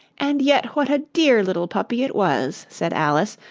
and yet what a dear little puppy it was said alice,